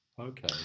Okay